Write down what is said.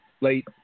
late